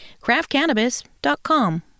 craftcannabis.com